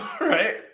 right